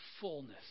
fullness